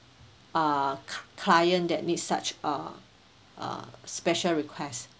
uh ci~ client that needs such uh uh special requests